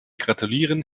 gratulieren